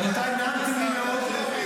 רבותיי, נעמתם לי מאוד.